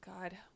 god